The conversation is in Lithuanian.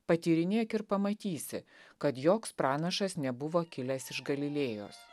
patyrinėk ir pamatysi kad joks pranašas nebuvo kilęs iš galilėjos